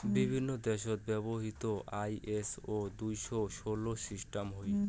বিভিন্ন দ্যাশত ব্যবহৃত আই.এস.ও দুশো ষোল সিস্টাম হই